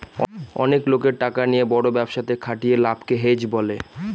অনেক লোকের টাকা নিয়ে বড় ব্যবসাতে খাটিয়ে লাভকে হেজ বলে